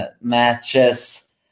matches